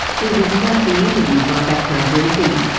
he would not be interviewed by background briefing.